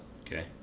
Okay